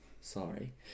Sorry